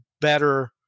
better